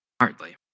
Hardly